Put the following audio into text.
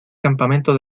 campamento